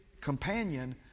companion